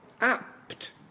apt